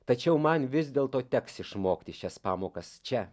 tačiau man vis dėl to teks išmokti šias pamokas čia